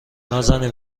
نازنین